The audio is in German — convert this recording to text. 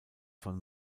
von